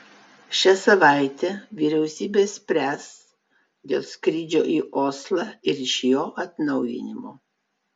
šią savaitę vyriausybė spręs dėl skrydžių į oslą ir iš jo atnaujinimo